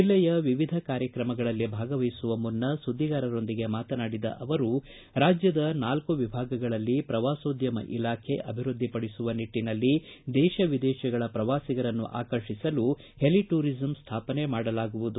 ಜಿಲ್ಲೆಯ ವಿವಿಧ ಕಾರ್ಯಕ್ರಮಗಳಲ್ಲಿ ಭಾಗವಹಿಸುವ ಮುನ್ನ ಸುದ್ದಿಗಾರರೊಂದಿಗೆ ಮಾತನಾಡಿದ ಅವರು ರಾಜ್ಯದ ನಾಲ್ಕು ವಿಭಾಗಗಳಲ್ಲಿ ಪ್ರವಾಸೋದ್ಯಮ ಇಲಾಖೆ ಅಭಿವೃದ್ದಿಪಡಿಸುವ ನಿಟ್ಟನಲ್ಲಿ ದೇಶ ವಿದೇಶಗಳ ಪ್ರವಾಸಿಗರನ್ನು ಆಕರ್ಷಿಸಲು ಹೆಲಿ ಟೂರಿಸಂ ಸ್ಥಾಪನೆ ಮಾಡಲಾಗುವುದು